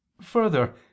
Further